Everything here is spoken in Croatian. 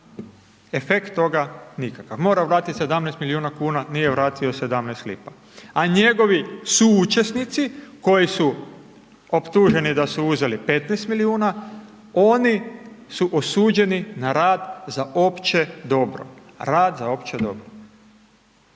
efekt toga nikakav, mora platiti 17 milijuna kuna, nije vratio 17 lipa, a njegovi suučesnici koji su optuženi da su uzeli 15 milijuna, oni su osuđeni na rad za opće dobro, rad za opće dobro,